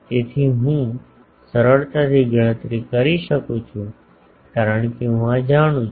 તેથી હું સરળતાથી ગણતરી કરી શકું છું કારણ કે હું આ જાણું છું